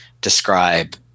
describe